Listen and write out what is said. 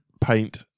paint